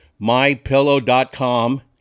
mypillow.com